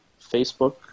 Facebook